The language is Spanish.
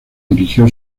dirigió